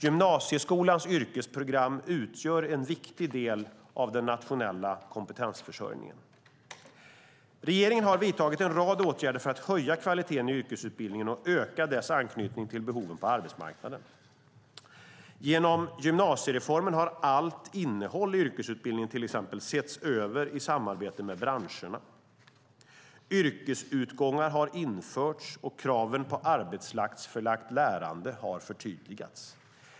Gymnasieskolans yrkesprogram utgör en viktig del av den nationella kompetensförsörjningen. Regeringen har vidtagit en rad åtgärder för att höja kvaliteten i yrkesutbildningen och öka dess anknytning till behoven på arbetsmarknaden. Genom gymnasiereformen har till exempel allt innehåll i yrkesutbildningen setts över i samarbete med branscherna, yrkesutgångar har införts och kraven på arbetsplatsförlagt lärande har förtydligats.